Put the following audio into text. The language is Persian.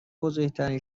بزرگترین